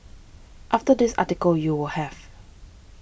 after this article you will have